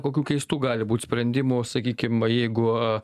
kokių keistų gali būt sprendimų sakykim jeigu